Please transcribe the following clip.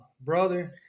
brother